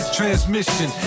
transmission